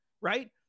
Right